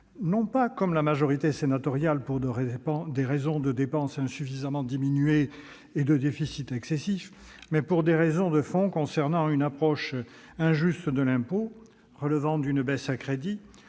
non pas, comme la majorité sénatoriale, pour des raisons de dépenses insuffisamment réduites et de déficit excessif, mais pour des raisons de fonds concernant une approche injuste de l'impôt. Celle-ci relève d'une baisse à crédit,